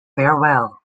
farewell